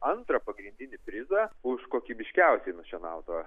antrą pagrindinį prizą už kokybiškiausiai nušienautą